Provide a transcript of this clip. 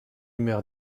meurt